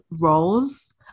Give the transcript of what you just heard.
roles